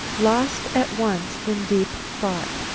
lost at once in deep thought.